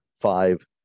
five